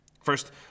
First